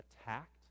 attacked